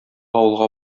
авылга